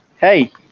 Hey